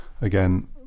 again